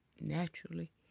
naturally